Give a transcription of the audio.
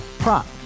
Prop